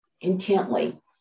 intently